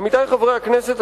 עמיתי חברי הכנסת,